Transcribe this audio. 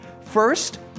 First